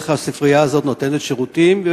איך הספרייה הזאת נותנת שירותים.